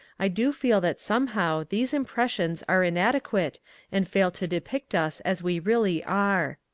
i do feel that somehow these impressions are inadequate and fail to depict us as we really are.